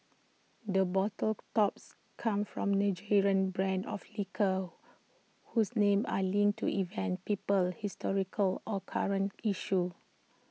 the bottle tops come from Nigerian brands of liquor whose names are linked to events people historical or current issues